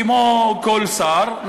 כמו כל שר,